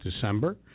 December